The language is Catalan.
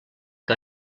que